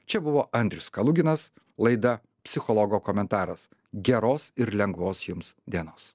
čia buvo andrius kaluginas laida psichologo komentaras geros ir lengvos jums dienos